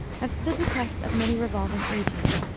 have stood the test of many revolving ages.